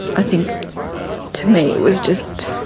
i think to me it was just,